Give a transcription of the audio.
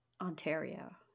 Ontario